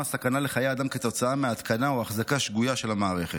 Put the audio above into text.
סכנה לחיי אדם כתוצאה מהתקנה או אחזקה שגויה של המערכת.